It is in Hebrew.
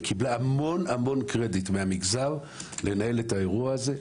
המדינה קיבלה המון קרדיט מהמגזר לנהל את האירוע הזה.